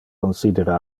considera